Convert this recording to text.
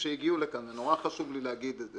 שהגיעו לכאן זה נורא חשוב לי להגיד את זה